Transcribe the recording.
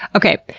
okay,